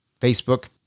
Facebook